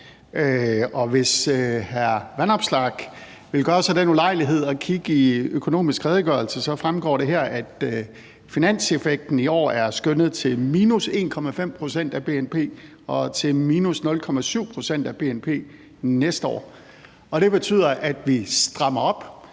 hvis hr. Alex Vanopslagh vil gøre sig den ulejlighed at kigge i Økonomisk Redegørelse, så fremgår det her, at finanseffekten i år er skønnet til -1,5 pct. af bnp og til -0,7 pct. af bnp næste år. Det betyder, at vi strammer op,